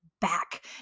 back